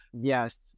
Yes